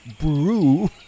brew